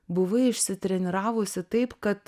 buvai išsitreniravusi taip kad